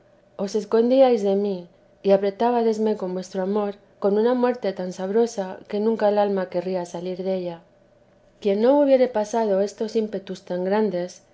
os de mí y apretábadesme con vuestro amor con una muerte tan sabrosa que nunca el alma querría salir della quien no hubiere pasado estos ímpetus tan grandes